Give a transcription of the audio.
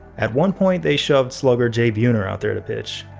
at one point, they shoved, slugger, j. buhner out there to pitch.